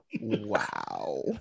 wow